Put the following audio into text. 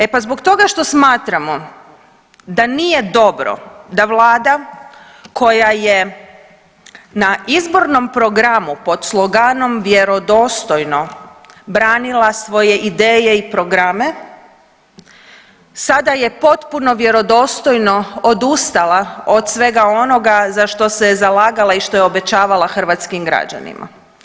E pa zbog toga što smatramo da nije dobro da vlada koja je na izbornom programu pod sloganom „Vjerodostojno“ branila svoje ideje i programe, sada je potpuno vjerodostojno odustala od svega onoga za što se je zalagala i što je obećavala hrvatskim građanima.